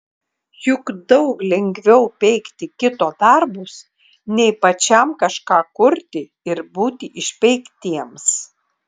juk daug lengviau peikti kito darbus nei pačiam kažką kurti ir būti išpeiktiems